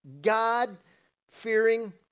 God-fearing